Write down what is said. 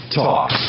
talk